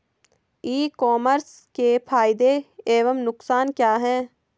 ई commerce के फायदे एवं नुकसान क्या हैं?